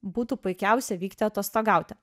būtų puikiausia vykti atostogauti